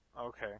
Okay